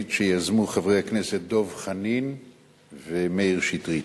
שיזמו חברי הכנסת דב חנין ומאיר שטרית.